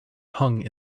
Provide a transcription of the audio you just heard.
hung